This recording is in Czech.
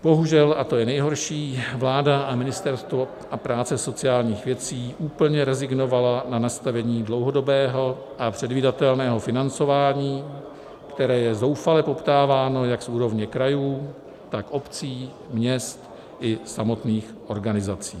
Bohužel, a to je nejhorší, vláda a Ministerstvo práce a sociálních věcí úplně rezignovaly na nastavení dlouhodobého a předvídatelného financování, které je zoufale poptáváno jak z úrovně krajů, tak obcí, měst i samotných organizací.